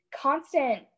constant